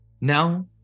Now